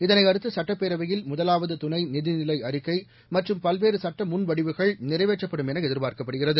இதனையடுத்து சுட்டப்குபரவையில் முதலாவது துணை நிதிநிலை அறிக்கை மற்றும் பல்குவறு சுட்ட முன் வகெகள் நிறைகுவற்றப்படும் என எதிர்பார்க்கப்படுகிறது